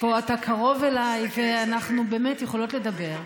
פה אתה קרוב אליי ואנחנו באמת יכולות לדבר.